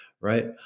right